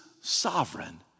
sovereign